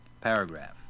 Paragraph